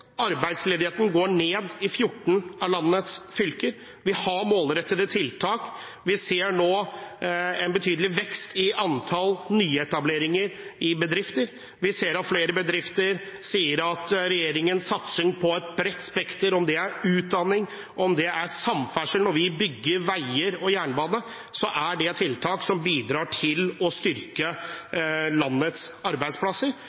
Arbeidsledigheten går ned i 14 av landets fylker. Vi har målrettede tiltak. Vi ser nå en betydelig vekst i antall nyetableringer i bedrifter. Vi ser at flere bedrifter sier at regjeringens satsing på et bredt spekter, om det er utdanning, om det er samferdsel, når vi bygger veier og jernbane, er tiltak som bidrar til å styrke landets arbeidsplasser.